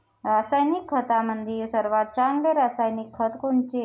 रासायनिक खतामंदी सर्वात चांगले रासायनिक खत कोनचे?